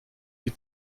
die